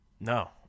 No